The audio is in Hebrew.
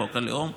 חוק הלאום.